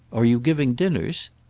are you giving dinners?